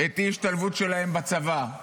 את האי-השתלבות שלהם בצבא.